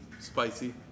Spicy